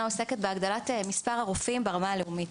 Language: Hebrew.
עוסקת בהגדלת מספר הרופאים ברמה הלאומית.